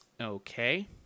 Okay